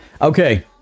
Okay